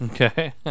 Okay